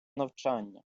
навчання